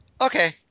okay